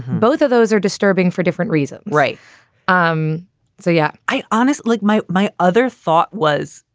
both of those are disturbing for different reason. right um so, yeah, i honestly like my my other thought was,